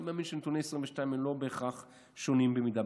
אני מאמין שנתוני 2022 הם לא בהכרח שונים במידה.